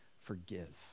forgive